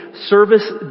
service